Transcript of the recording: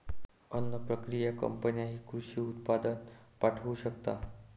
अन्न प्रक्रिया कंपन्यांनाही कृषी उत्पादन पाठवू शकतात